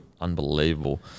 unbelievable